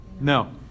No